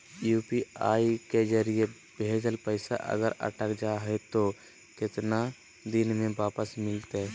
UPI के जरिए भजेल पैसा अगर अटक जा है तो कितना दिन में वापस मिलते?